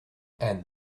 and